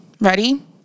Ready